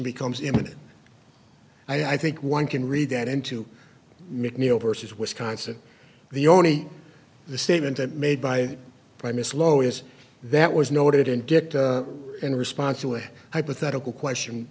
becomes imminent i think one can read that into mcneil versus wisconsin the only the statement that made by by miss lois that was noted and get in response to a hypothetical question